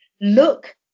look